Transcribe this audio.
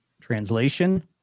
translation